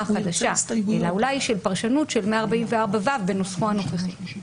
החדשה אלא אולי של פרשנות של 144ו בנוסחו הנוכחי.